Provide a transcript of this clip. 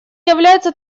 является